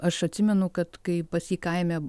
aš atsimenu kad kai pas jį kaime